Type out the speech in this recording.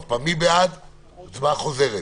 הצבעה חוזרת.